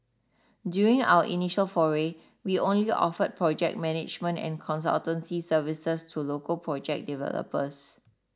during our initial foray we only offered project management and consultancy services to local project developers